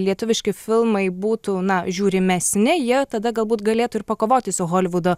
lietuviški filmai būtų na žiūrimesni jie tada galbūt galėtų ir pakovoti su holivudo